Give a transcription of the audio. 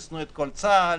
את כל צה"ל